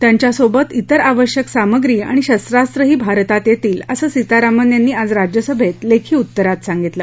त्यांच्यासोबत विर आवश्यक सामग्री आणि शस्त्रास्त्रही भारतात येतील असं सीतारामन यांनी आज राज्यसभेत लेखी उत्तरात सांगितलं